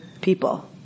people